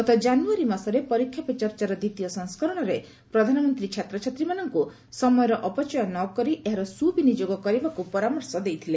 ଗତ କାନୁୟାରୀ ମାସରେ ପରୀକ୍ଷା ପେ ଚର୍ଚ୍ଚାର ଦ୍ୱିତୀୟ ସଂସ୍କରଣରେ ପ୍ରଧାନମନ୍ତ୍ରୀ ଛାତ୍ରଛାତ୍ରୀମାନଙ୍କୁ ସମୟର ଅପଚୟ ନ କରି ଏହାର ସୁବିନିଯୋଗ କରିବାକୁ ପରାମର୍ଶ ଦେଇଥିଲେ